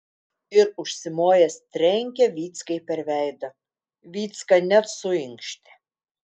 ir užsimojęs trenkė vyckai per veidą vycka net suinkštė